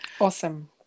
awesome